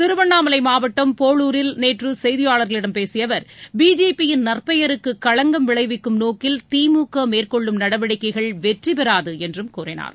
திருவண்ணாமலை மாவட்டம் போளுரில் நேற்று செய்தியாளர்களிடம் பேசிய அவர் பிஜேபியின் நற்பெயருக்கு களங்கம் விளைவிக்கும் நோக்கில் திமுக மேற்கொள்ளும் நடவடிக்கைகள் வெற்றி பெறாது என்றும் கூறினார்